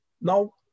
Now